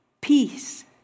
peace